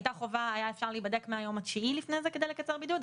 היה אפשר להיבדק מהיום התשיעי לפני זה כדי לקצר בידוד.